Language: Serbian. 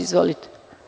Izvolite.